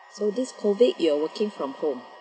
so this COVID you're working from home